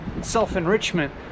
self-enrichment